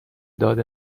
داد